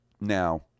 Now